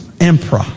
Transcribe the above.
emperor